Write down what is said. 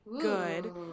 good